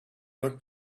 look